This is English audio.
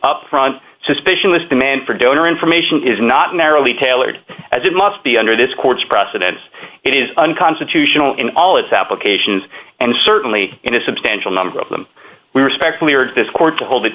upfront suspicion this demand for donor information is not narrowly tailored as it must be under this court's precedents it is unconstitutional in all its applications and certainly in a substantial number of them we respectfully urge this court to hold it